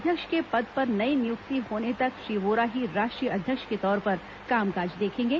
अध्यक्ष के पद पर नयी नियुक्ति होने तक श्री वोरा ही राष्ट्रीय अध्यक्ष के तौर पर कामकाज देखेंगे